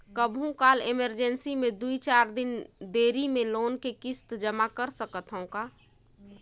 कभू काल इमरजेंसी मे दुई चार दिन देरी मे लोन के किस्त जमा कर सकत हवं का?